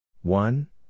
One